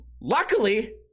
luckily